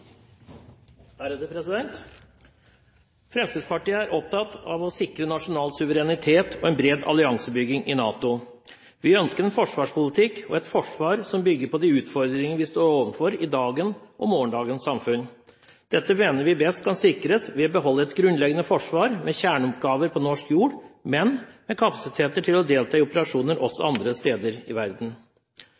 opptatt av å sikre nasjonal suverenitet og en bred alliansebygging i NATO. Vi ønsker en forsvarspolitikk og et forsvar som bygger på de utfordringene vi står overfor i dagens og morgendagens samfunn. Dette mener vi best kan sikres ved å beholde et grunnleggende forsvar med kjerneoppgaver på norsk jord, men med kapasiteter til å delta i operasjoner også andre steder i verden.